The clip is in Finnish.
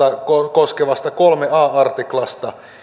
koskevasta kolme a artiklasta